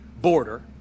border